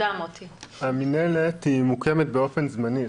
המינהלת מוקמת באופן זמני.